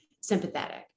sympathetic